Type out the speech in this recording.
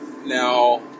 Now